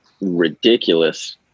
ridiculous